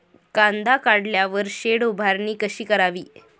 कांदा काढल्यावर शेड उभारणी कशी करावी?